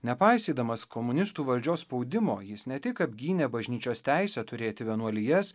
nepaisydamas komunistų valdžios spaudimo jis ne tik apgynė bažnyčios teisę turėti vienuolijas